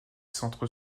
centre